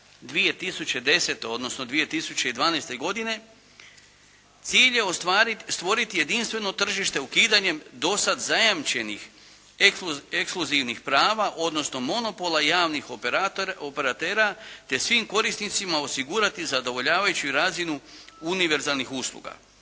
2010. odnosno 2012. godine. Cilj je stvoriti jedinstveno tržište ukidanjem do sada zajamčenih ekskluzivnih prava, odnosno monopola javnih operatera te svim korisnicima osigurati zadovoljavajuću razinu univerzalnih usluga.